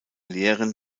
lehren